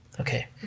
Okay